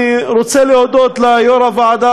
אני רוצה להודות ליושב-ראש הוועדה,